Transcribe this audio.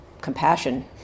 Compassion